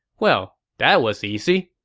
well, that was easy.